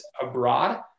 abroad